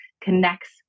connects